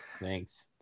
Thanks